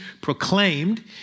proclaimed